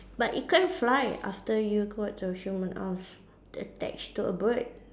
but it can't fly after you got a human arms attached to a bird